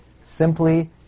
simply